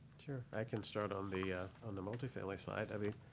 sure. i can start on the ah on the multifamily side. i mean